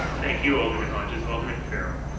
thank you, alderman hodges. alderman farrell.